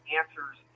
answers